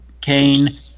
kane